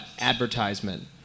advertisement